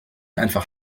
einfach